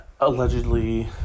Allegedly